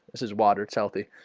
this is water. it's healthy